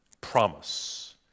promise